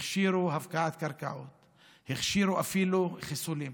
הכשירו הפקעת קרקעות, הכשירו אפילו חיסולים,